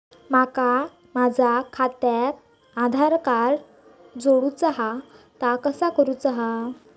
माका माझा खात्याक आधार कार्ड जोडूचा हा ता कसा करुचा हा?